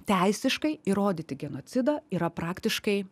teisiškai įrodyti genocidą yra praktiškai